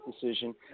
decision